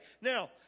Now